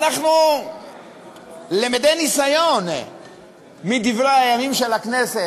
אנחנו למודי ניסיון מדברי הימים של הכנסת.